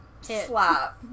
slap